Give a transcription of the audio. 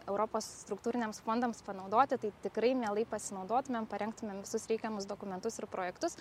europos struktūriniams fondams panaudoti tai tikrai mielai pasinaudotumėm parengtumėm visus reikiamus dokumentus ir projektus